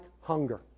hunger